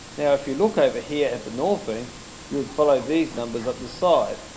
now if you look over here at the northing you would follow these numbers at the side.